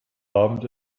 abend